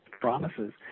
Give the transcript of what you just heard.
promises